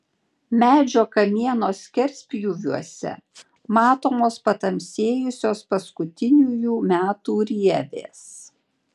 medžio kamieno skerspjūviuose matomos patamsėjusios paskutiniųjų metų rievės